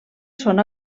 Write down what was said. són